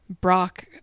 Brock